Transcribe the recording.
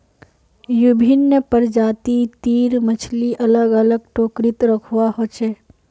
विभिन्न प्रजाति तीर मछली अलग अलग टोकरी त रखवा हो छे